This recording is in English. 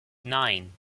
nine